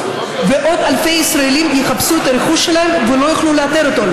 ועוד אלפי ישראלים יחפשו את הרכוש שלהם ולא יוכלו לאתר אותו.